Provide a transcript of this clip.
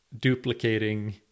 duplicating